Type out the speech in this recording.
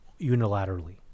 unilaterally